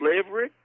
Slavery